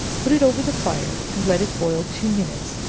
put it over the fire, and let it boil two minutes,